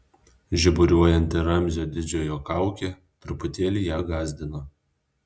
žiburiuojanti ramzio didžiojo kaukė truputėlį ją gąsdino